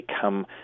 come